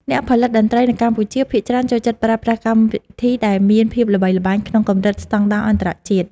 អ្នកផលិតតន្ត្រីនៅកម្ពុជាភាគច្រើនចូលចិត្តប្រើប្រាស់កម្មវិធីដែលមានភាពល្បីល្បាញក្នុងកម្រិតស្ដង់ដារអន្តរជាតិ។